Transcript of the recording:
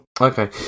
Okay